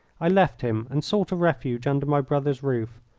i left him and sought a refuge under my brother's roof.